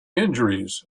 injuries